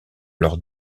leur